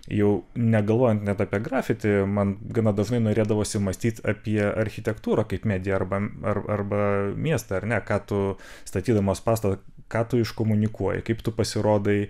jau negalvojant net apie grafiti man gana dažnai norėdavosi mąstyt apie architektūrą kaip mediją arba ar arba miestą ar ne ką tu statydamas pastatą ką tu iškomunikuoji kaip tu pasirodai